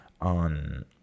on